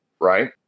right